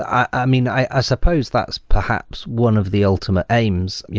i mean, i ah suppose that's perhaps one of the ultimate aims.